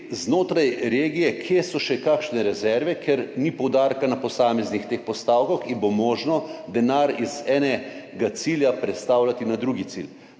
znotraj regije, kje so še kakšne rezerve, ker ni poudarka na posameznih teh postavkah in bo možno denar z enega cilja prestavljati na drugi cilj.